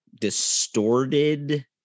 distorted